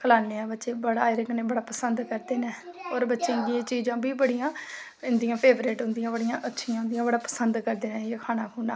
खलानै आं बच्चें गी एह्दे कन्नै बड़ा पसंद करने न ते कन्नै बच्चे दियां एह् चीज़ां बी बड़ियां फेवरेट होंदियां न बड़ियां अच्छियां होंदियां न बड़ा पसंद करदे न एह् खाना